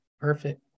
Perfect